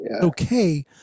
Okay